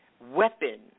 weapon